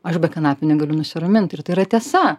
aš be kanapių negaliu nusiramint ir tai yra tiesa